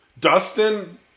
Dustin